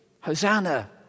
Hosanna